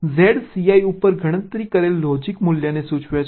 Z Cl ઉપર ગણતરી કરેલ લોજીક મૂલ્યને સૂચવે છે